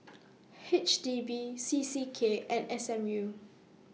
H D B C C K and S M U